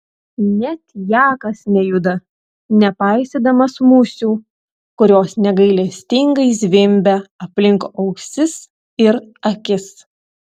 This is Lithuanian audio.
net jakas nejuda nepaisydamas musių kurios negailestingai zvimbia aplink ausis ir akis